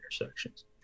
intersections